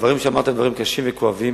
הדברים שאמרת הם דברים קשים וכואבים,